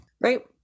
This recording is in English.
right